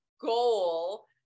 goal